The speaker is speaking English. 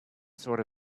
sort